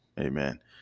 amen